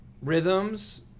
rhythms